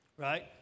Right